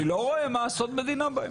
אני לא רואה מה סוד מדינה בהם.